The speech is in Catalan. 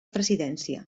presidència